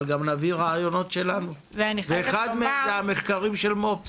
אבל גם נביא רעיונות שלנו ואחד מהם זה המחקרים של מו"פ.